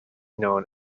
known